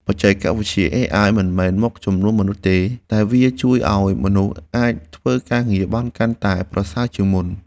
បច្ចេកវិទ្យាអេអាយមិនមែនមកជំនួសមនុស្សទេ តែវាជួយឱ្យមនុស្សអាចធ្វើការងារបានកាន់តែប្រសើរជាងមុន។